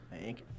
thank